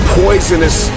poisonous